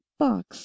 box